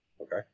Okay